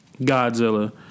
Godzilla